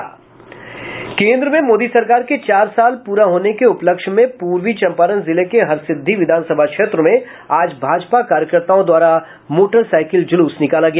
केन्द्र में मोदी सरकार के चार साल पूरे होने के उपलक्ष्य में पूर्वी चंपारण जिले के हरसिद्वी विधानसभा क्षेत्र में आज भाजपा कार्यकर्ताओं द्वारा मोटरसाइकिल जुलूस निकाला गया